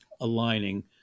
aligning